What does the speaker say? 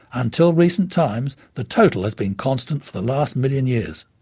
until recent times, the total has been constant for the last million years.